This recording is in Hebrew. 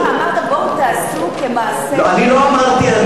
לא, אמרת: בואו תעשו כמעשה, אני לא אמרתי.